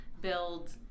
build